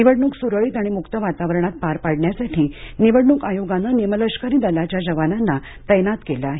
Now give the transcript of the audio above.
निवडणूक सुरळीत आणि मुक्त वातावरणात पार पाडण्यासाठी निवडणूक आयोगानं निमलष्करी दलाच्या जवानांना तैनात केलं आहे